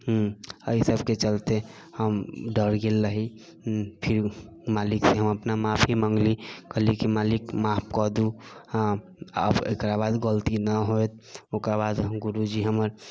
एहि सबके चलते हम डरि गेल रही फेर मालिकसँ हम अपना माफी मँगली कहली मालिक माफ कऽ दू हँ आब एकर बाद गलती नहि हैत ओकर बाद गुरुजी हमर